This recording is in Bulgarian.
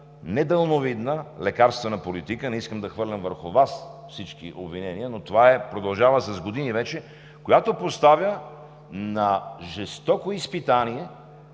недалновидна лекарствена политика. Не искам да хвърлям върху Вас всички обвинения, но това продължава вече с години, което поставя на жестоко изпитание